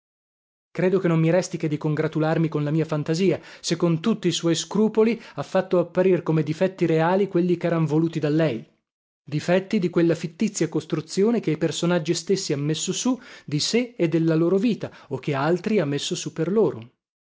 credo che non mi resti che di congratularmi con la mia fantasia se con tutti i suoi scrupoli ha fatto apparir come difetti reali quelli cheran voluti da lei difetti di quella fittizia costruzione che i personaggi stessi han messo su di sé e della loro vita o che altri ha messo sù per loro